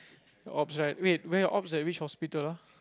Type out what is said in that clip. the ops right wait where your ops at which hospital lah